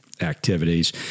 activities